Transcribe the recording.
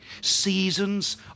seasons